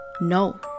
No